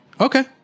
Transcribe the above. Okay